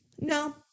no